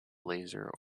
laser